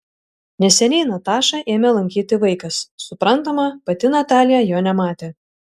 neseniai natašą ėmė lankyti vaikas suprantama pati natalija jo nematė